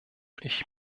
ich